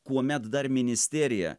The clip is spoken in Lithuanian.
kuomet dar ministerija